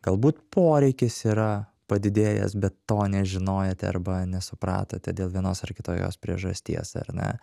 galbūt poreikis yra padidėjęs bet to nežinojote arba nesupratote dėl vienos ar kitokios priežasties ar ne